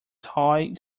toy